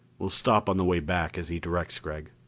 we'll stop on the way back, as he directs, gregg.